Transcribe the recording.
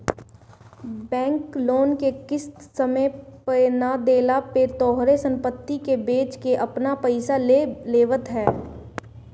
bank loan के किस्त समय पे ना देहला पे तोहार सम्पत्ति के बेच के आपन पईसा ले लेवत ह